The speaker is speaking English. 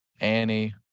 Annie